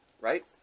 right